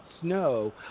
snow